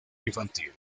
infantil